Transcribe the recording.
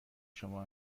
شما